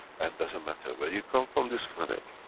and doesn't matter where you come from this planet,